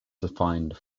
defined